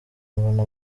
mbona